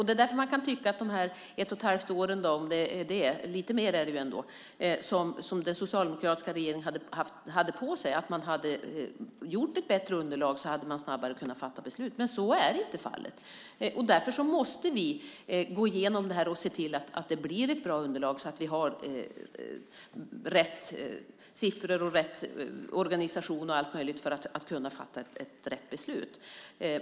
Det är därför man kan tänka på dessa ett och ett halvt år, och lite mer är det ändå, som den socialdemokratiska regeringen hade på sig. Hade man gjort ett bättre underlag hade vi snabbare kunnat fatta beslut. Men så är inte fallet. Därför måste vi gå igenom det här och se till att det blir ett bra underlag så att vi har rätt siffror, rätt organisation och allt möjligt för att kunna fatta rätt beslut.